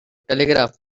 telegraph